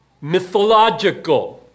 mythological